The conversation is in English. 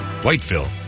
Whiteville